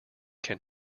can